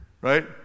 Right